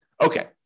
Okay